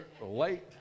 late